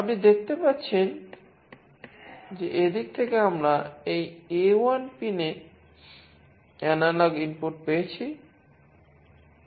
আপনি দেখতে পাচ্ছেন যে এদিক থেকে আমরা এই A1 পিনে অ্যানালগ ইনপুট পেয়েছি